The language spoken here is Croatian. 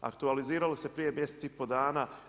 Aktualiziralo se prije mjesec i pol dana.